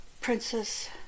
Princess